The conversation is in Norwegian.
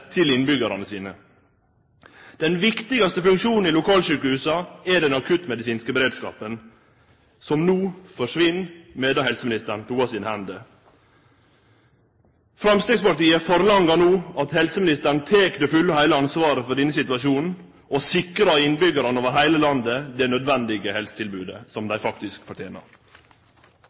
til innbyggjarane. Den viktigaste funksjonen til lokalsjukehusa er den akuttmedisinske beredskapen, som no forsvinn medan helseministeren toar sine hender. Framstegspartiet forlangar no at helseministeren tek det fulle og heile ansvaret for denne situasjonen og sikrar innbyggjarane over heile landet det nødvendige helsetilbodet som dei faktisk fortener.